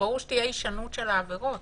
ברור שתהיה הישנות של העבירות.